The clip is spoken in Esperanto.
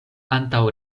antaŭ